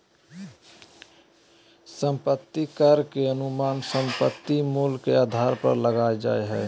संपत्ति कर के अनुमान संपत्ति मूल्य के आधार पर लगय हइ